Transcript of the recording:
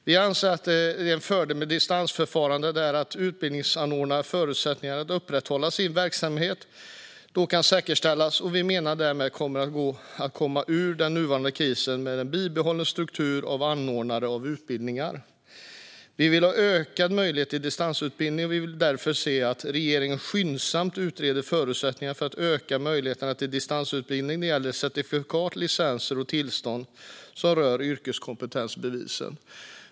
Vi anser att en fördel med ett distansförfarande är att utbildningsanordnarnas förutsättningar att upprätthålla sin verksamhet då kan säkerställas, och vi menar att det därmed kommer att gå att komma ur den nuvarande krisen med en bibehållen struktur för anordnare av utbildningar. Vi vill ha ökade möjligheter till distansutbildning, och vi vill därför se att regeringen skyndsamt utreder förutsättningarna för att öka möjligheterna till distansutbildning när det gäller certifikat, licenser och tillstånd som rör yrkeskompetensbevisen.